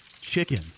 chicken